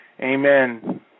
amen